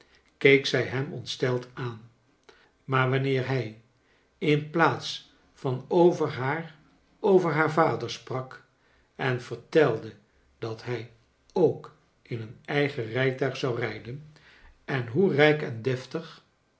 keek zij hem ontsteld aan maar wanneer hij in piaats van over haar over haar vader sprak en vertelde dat hij ook in een eigen rijtuig zou rijden en hoe rijk en deftig